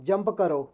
jump करो